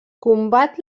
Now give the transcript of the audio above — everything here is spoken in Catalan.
combat